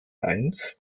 eins